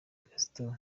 gaston